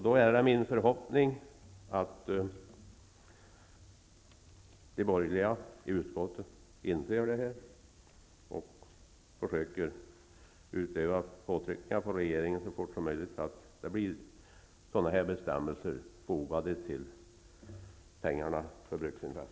Då är det min förhoppning att de borgerliga i utskottet inser det och försöker utöva påtryckningar på regeringen så fort som möjligt, så att sådana här bestämmelser fogas till pengarna för Bruksinvest.